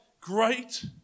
Great